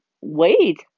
wait